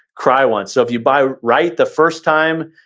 cry once. so if you buy right the first time,